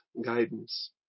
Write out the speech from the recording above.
guidance